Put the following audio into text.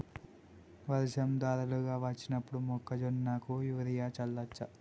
వర్షం ధారలుగా వచ్చినప్పుడు మొక్కజొన్న కు యూరియా చల్లచ్చా?